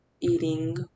eating